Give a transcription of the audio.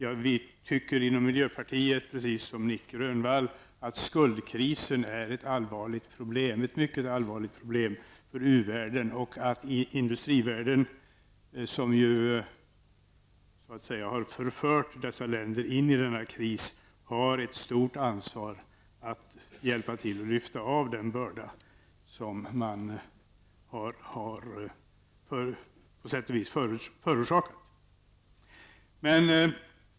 Vi tycker i miljöpartiet, precis som Nic Grönvall, att skuldkrisen är ett mycket allvarligt problem för uvärlden och att vi i den industrialiserade världen, som så att säga har förfört u-länderna in i denna kris, har ett stort ansvar för att hjälpa till att lyfta av den börda som vi som sagt på sätt och vis har förorsakat.